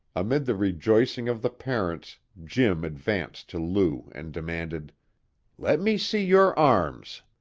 amid the rejoicing of the parents jim advanced to lou and demanded let me see your arms.